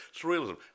surrealism